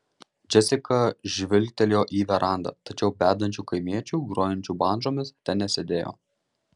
džesika žvilgtelėjo į verandą tačiau bedančių kaimiečių grojančių bandžomis ten nesėdėjo